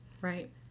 Right